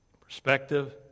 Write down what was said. perspective